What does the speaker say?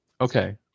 Okay